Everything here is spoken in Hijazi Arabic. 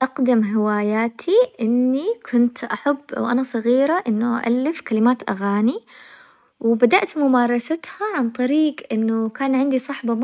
نوع الوظيفة اللي أنا أشتغلها إني طبيبة أسنان، وصراحةً أنا مرة أستمتع فيها لأنها كانت حلمي من وأنا صغيرة وكانت دايماً هدفي اللي أبي أوصله وصراحةً،